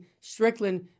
Strickland